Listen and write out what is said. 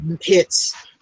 Hits